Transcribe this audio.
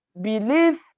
believe